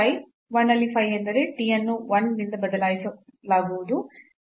1 ಅಲ್ಲಿ phi ಎಂದರೆ t ಅನ್ನು 1 ನಿಂದ ಬದಲಾಯಿಸಲಾಗುವುದು